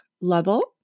level